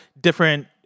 different